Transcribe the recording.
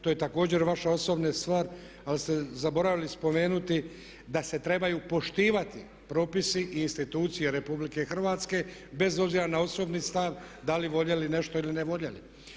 To je također vaša osobna stvar, ali ste zaboravili spomenuti da se trebaju poštivati propisi i institucije RH bez obzira na osobni stav da li voljeli nešto ili ne voljeli.